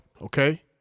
Okay